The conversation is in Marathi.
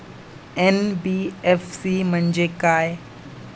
एन.बी.एफ.सी म्हणजे काय?